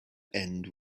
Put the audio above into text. end